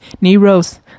Neros